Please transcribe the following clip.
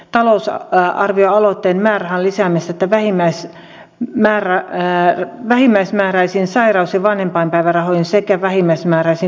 talous arvion uuteen mediaan tehneet talousarvioaloitteen määrärahan lisäämisestä vähimmäismääräisiin sairaus ja vanhempainpäivärahoihin sekä vähimmäismääräisiin kuntoutusrahoihin